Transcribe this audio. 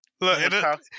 Look